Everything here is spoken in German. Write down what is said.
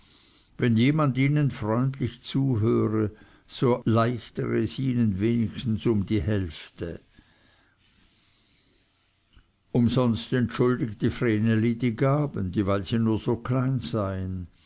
wenn jemand ihnen freundlich zuhöre so leichtere es ihnen wenigstens um die hälfte umsonst entschuldigte vreneli die gaben dieweil sie nur so klein seien